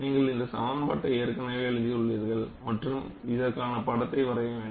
நீங்கள் இந்த சமன்பாட்டை ஏற்கனவே எழுதியுள்ளீர்கள் மற்றும் இதற்கான படத்தை வரைய வேண்டும்